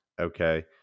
okay